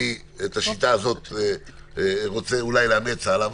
ואת השיטה הזאת אני רוצה אולי לאמץ הלאה,